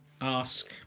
ask